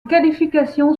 qualifications